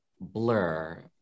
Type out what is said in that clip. blur